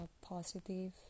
positive